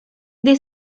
they